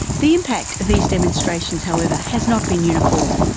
the impact of these demonstrations, however, has not been uniform.